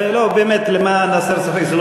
תסביר למה.